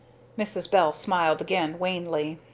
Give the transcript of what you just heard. mrs. bell smiled again, wanly.